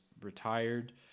retired